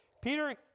Peter